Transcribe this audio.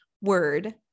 word